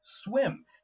swim